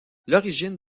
l’origine